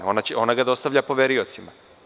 Ona ga dostavlja poveriocima.